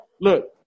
look